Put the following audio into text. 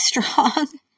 strong